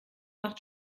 macht